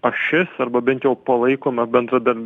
ašis arba bent jau palaikoma bendradar